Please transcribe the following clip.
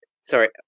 Sorry